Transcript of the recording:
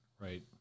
right